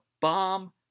bomb